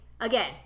Again